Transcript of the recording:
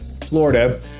Florida